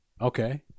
Okay